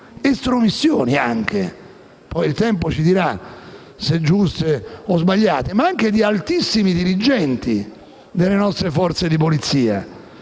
estromissioni - poi il tempo ci dirà se giuste o sbagliate - anche di altissimi dirigenti delle nostre forze di polizia.